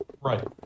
Right